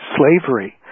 slavery